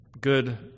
good